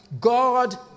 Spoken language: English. God